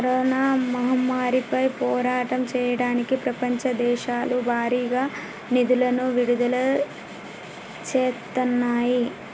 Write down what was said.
corona మహమ్మారిపై పోరాటం చెయ్యడానికి ప్రపంచ దేశాలు భారీగా నిధులను విడుదల చేత్తన్నాయి